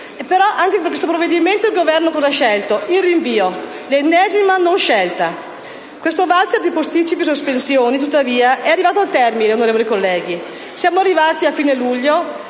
anche per questo provvedimento il Governo cosa ha scelto? Il rinvio, l'ennesima non scelta. Questo valzer di posticipi e sospensioni, tuttavia, è ormai arrivato al termine, onorevoli colleghi. Siamo arrivati a fine luglio